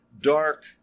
dark